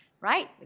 right